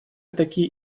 такие